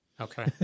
Okay